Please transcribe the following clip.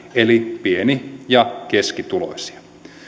eli pieni ja keskituloisia